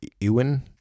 Ewan